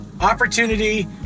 Opportunity